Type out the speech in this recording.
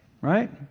right